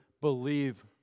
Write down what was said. believe